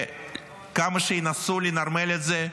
וכמה שינסו לנרמל את זה,